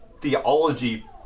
theology